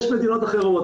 יש מדינות אחרות,